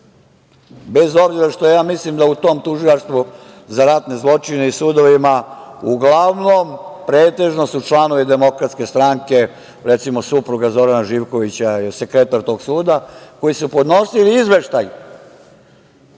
bez obzira što ja mislim da su u tom Tužilaštvu za ratne zločine i sudovima, uglavnom, pretežno, članovi DS, recimo, supruga Zorana Živkovića je sekretar tog suda, koji su podnosili izveštaj